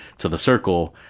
so the circle.